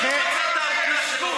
מאות מיליוני שקלים,